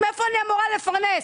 מאיפה אני אמורה לפרנס?